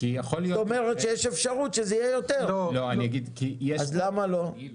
כי יכול להיות שזה יהיה יותר, אז למה לא?